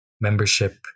membership